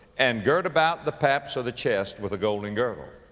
and girt about the paps of the chest with a golden girdle.